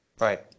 right